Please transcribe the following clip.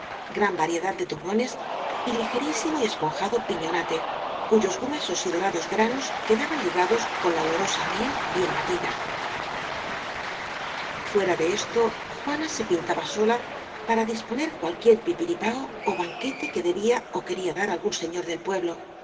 gran variedad de turrones y ligerísimo y esponjado piñonate cu yos gruesos y dorados granos quedaban ligados con la olorosa miel bien batida fuera de esto juana se pintaba sola para dispo ner cualquier pipiripao ó banquete que debía ó quería dar algún señor del pueblo